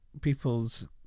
people's